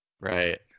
Right